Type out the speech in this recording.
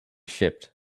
shipped